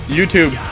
YouTube